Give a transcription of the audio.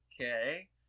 okay